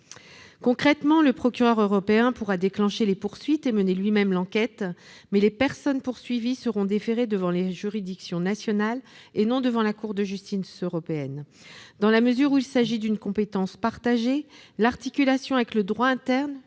Concrètement, le procureur européen pourra déclencher les poursuites et mener lui-même l'enquête, mais les personnes poursuivies seront déférées devant les juridictions nationales, et non devant la Cour de justice européenne. Dans la mesure où il s'agit d'une compétence partagée, l'articulation avec le droit interne